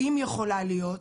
אם יכולה להיות,